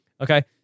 Okay